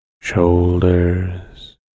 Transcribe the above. shoulders